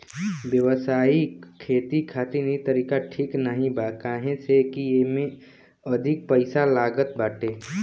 व्यावसायिक खेती खातिर इ तरीका ठीक नाही बा काहे से की एमे अधिका पईसा लागत बाटे